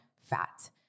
fat